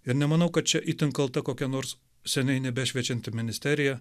ir nemanau kad čia itin kalta kokia nors seniai nebešviečianti ministerija